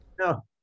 No